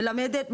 מלמדת,